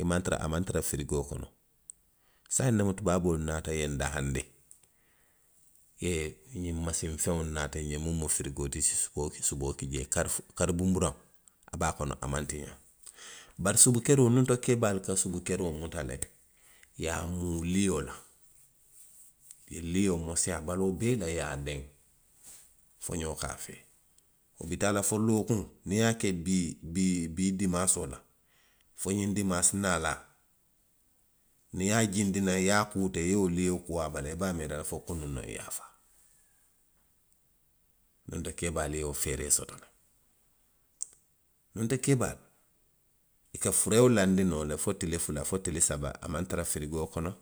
a maŋ tara, a maŋ tara firigoo kono. saayiŋ noŋ tubaaboolu naata i ye ndahaandi. I ye xňiŋ masiŋ feŋolu naati, ňiŋ miŋ mu firigoo ti i si suboo, i si suboo ki jee kari fu, kari bunburaŋo, a be a kono a maŋ tixaa. bari subu keroo, nuŋ to keebaalu ka subu keroo muta le, i ye a muu lio la, ňiŋ lio i se a ke baloo bee to i ye a deŋ, foňoo ka a a fee. I bi taa la folookuw, niŋ i ye a ke bii, bii, bii dimaasoo la, fo ňiŋ dimaasi naa la, niŋ i ye a jindi naŋ, i ye a kuu teŋ, i ye wo lio bo a bala, i be a miira la fo kunuŋ noŋ i ye a faa. Nuŋ keebaalu ye wo feeree soto, nuŋ to keebaalu. i ka furewoo laandi noo fo tili fula, fo tili saba a maŋ tara firigoo kono.